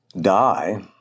die